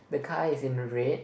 the car is in red